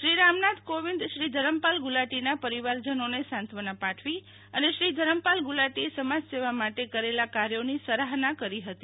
શ્રી રામનાથ કોવિદ શ્રી ધરમપાલ ગુલાટીના પરિવારજનોને સાંત્વના પાઠવી અનેશ્રી ધરમપાલ ગુલાટી એ સમાજસેવા માટે કરેલા કાર્યોની સરાહના કરી હતી